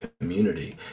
community